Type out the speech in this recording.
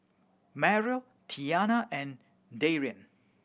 Mario Tiana and Darian